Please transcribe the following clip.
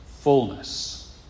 Fullness